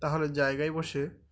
তাহলে জায়গায় বসে